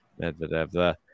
Medvedev